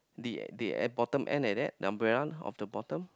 the the at bottom end like that the umbrella of the bottom